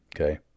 Okay